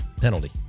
penalty